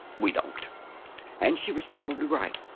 we don't and she was probably right